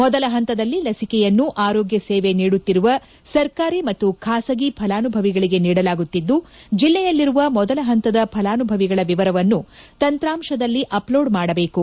ಮೊದಲ ಪಂತದಲ್ಲಿ ಲಸಿಕೆಯನ್ನು ಆರೋಗ್ಯ ಸೇವೆ ನೀಡುತ್ತಿರುವ ಸರ್ಕಾರಿ ಮತ್ತು ಖಾಸಗಿ ಫಲಾನುಭವಿಗಳಿಗೆ ನೀಡಲಾಗುತ್ತಿದ್ದು ಜಿಲ್ಲೆಯಲ್ಲಿರುವ ಮೊದಲ ಪಂತದ ಫಲಾನುಭವಿಗಳ ವಿವರವನ್ನು ತಂತ್ರಾಂಶದಲ್ಲಿ ಅಪಲೋಡ್ ಮಾಡಬೇಕು